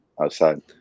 outside